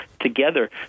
together